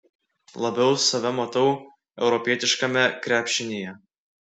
labiau save matau europietiškame krepšinyje